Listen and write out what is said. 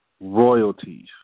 royalties